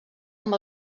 amb